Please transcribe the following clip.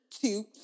two